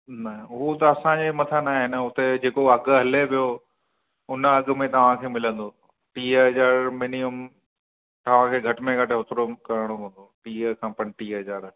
न हूअ त असांजे मथां न आहे न उते जेको अघि हले पियो उन अघि में तव्हांखे मिलंदो टीह हज़ार मिनीमम तव्हांखे घटि में घटि ओतिरो करणो पवंदो टीह खां पंटीह हज़ार